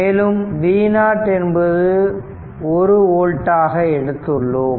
மேலும் V0 என்பது 1 ஓல்டாக எடுத்துள்ளோம்